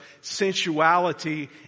sensuality